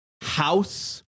House